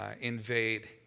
Invade